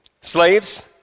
Slaves